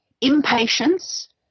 impatience